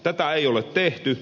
tätä ei ole tehty